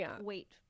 wait